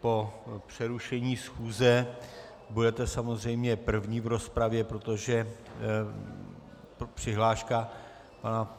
Po přerušení schůze budete samozřejmě první v rozpravě, protože přihláška